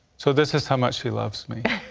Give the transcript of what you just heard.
so this is how much he loves me.